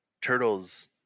turtles